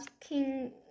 king